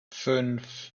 fünf